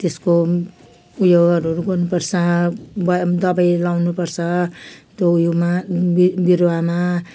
त्यसको उयोहरूहरू गोड्नुपर्छ अब दबाई लगाउनुपर्छ त्यो उयोमा बिर बिरुवामा